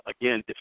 again